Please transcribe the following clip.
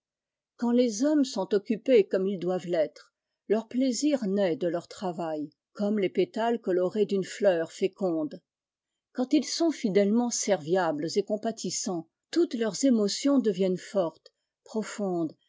quand les hommes sont occupés comme ils doivent l'être leur plaisir nait de leur travail i comme les pétales colorés d'une fleur féconde quand ils sont fidèlement serviables et compatissants toutes leurs émotions deviennent fortes profondes